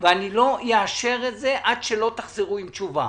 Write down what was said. ואני לא אאשר את זה עד שלא תחזרו עם תשובה.